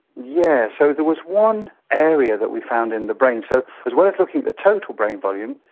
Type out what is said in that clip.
yeah so there was one area that we found in the brain. so as well as looking at the total brain volume,